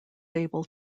able